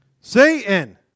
satan